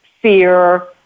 fear